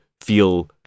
feel